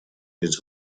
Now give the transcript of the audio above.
his